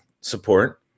support